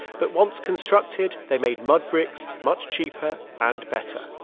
but once constructed, they made mud bricks much cheaper and better